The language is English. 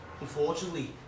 Unfortunately